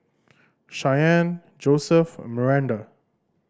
Shianne Joseph and Maranda